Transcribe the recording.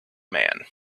man